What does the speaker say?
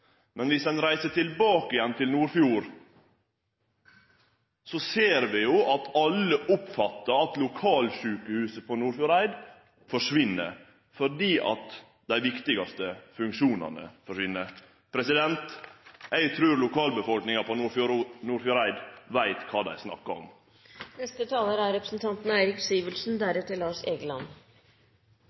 Men dersom ein reiser tilbake igjen til Nordfjord, ser vi jo at alle oppfattar at lokalsjukehuset på Nordfjordeid forsvinn, fordi dei viktigaste funksjonane forsvinn. Eg trur lokalbefolkninga på Nordfjordeid veit kva dei